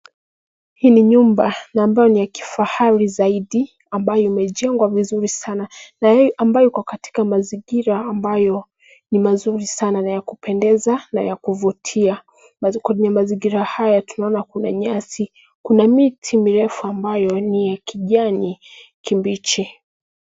Hii ni nyumba na ambayo ni ya kifahari zaidi ambayo imejengwa vizuri sana na ambayo iko katika mazingira ambayo ni mazuri sana ya kupendeza na ya kuvutia. Na mazingira haya ukuina kuna nyasi, kuna miti mirefu ambayo ni ya kijani kibichi.